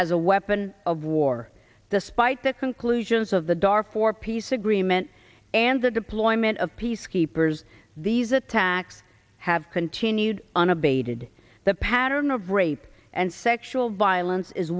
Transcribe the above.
as a weapon of war despite the conclusions of the door for peace agreement and the deployment of peacekeepers these attacks have continued unabated the pattern of rape and sexual violence